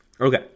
Okay